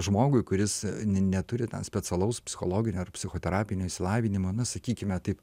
žmogui kuris ne neturi ten specialaus psichologinio ar psichoterapinio išsilavinimo na sakykime taip